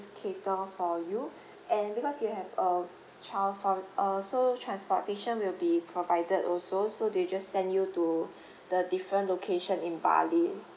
cater for you and because you have a child fol~ uh so transportation will be provided also so they just send you to the different location in bali